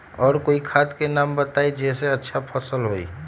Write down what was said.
और कोइ खाद के नाम बताई जेसे अच्छा फसल होई?